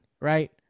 right